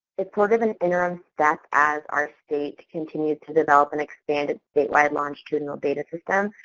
it's sort of an interim step as our state continues to develop and expand its statewide longitudinal data system,